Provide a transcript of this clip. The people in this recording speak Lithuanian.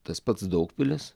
tas pats daugpilis